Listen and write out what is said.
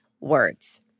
words